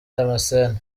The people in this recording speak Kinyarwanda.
damascene